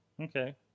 Okay